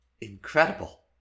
Incredible